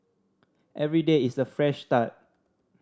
every day is a fresh start